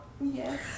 Yes